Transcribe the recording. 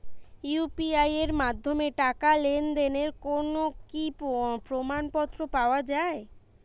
UPI এর মাধ্যমে টাকা লেনদেনের কোন কি প্রমাণপত্র পাওয়া য়ায়?